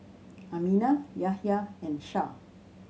Aminah Yahya and Shah